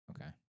Okay